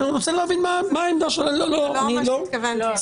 זה לא מה שהתכוונתי.